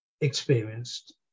experienced